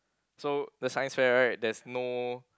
so the Science fair right there's no